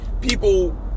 people